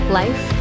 life